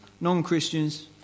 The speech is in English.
non-Christians